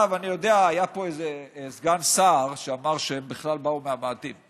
היה פה איזה סגן שר שאמר שהם בכלל באו מהמאדים,